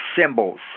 symbols